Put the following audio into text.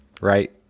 right